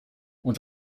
und